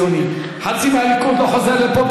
חצי ממפלגת העבודה לא חוזרת לפה,